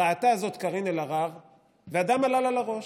ראתה זאת קארין אלהרר והדם עלה לה לראש.